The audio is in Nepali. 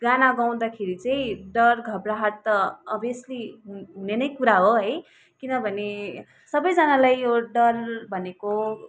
गाना गाउँदाखेरि चाहिँ डर घबराहट त अभियसली हुने नै कुरा हो है किनभने सबैजनालाई यो डर भनेको